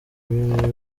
ibintu